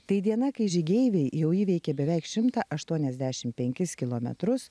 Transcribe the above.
tai diena kai žygeiviai jau įveikė beveik šimtą aštuoniasdešimt penkis kilometrus